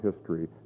history